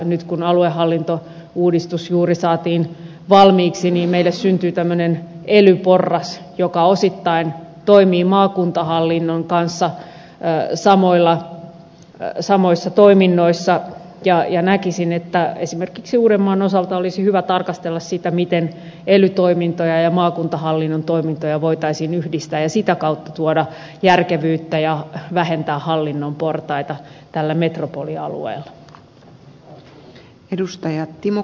nyt kun aluehallintouudistus juuri saatiin valmiiksi meille syntyi tämmöinen ely porras joka osittain toimii maakuntahallinnon kanssa samoissa toiminnoissa ja näkisin että esimerkiksi uudenmaan osalta olisi hyvä tarkastella sitä miten ely toimintoja ja maakuntahallinnon toimintoja voitaisiin yhdistää ja sitä kautta tuoda järkevyyttä ja vähentää hallinnon portaita tällä metropolialueella